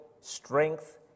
strength